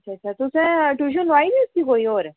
अच्छा अच्छा तुसें ट्यूशन लोआई दी उसदी कोई होर